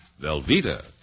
Velveeta